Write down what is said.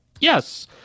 Yes